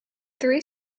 three